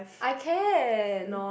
I can